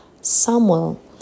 Samuel